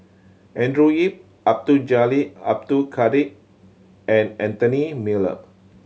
Andrew Yip Abdul Jalil Abdul Kadir and Anthony Miller